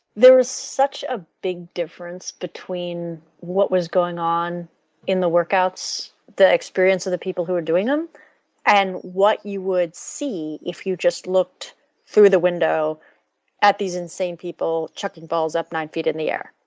there was such a big difference between what was going on in the workouts, the experience of the people who are doing them and what you would see if you just looked through the window at these insane people chucking balls up nine feet in the air.